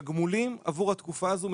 תגמולים עבור התקופה הזו,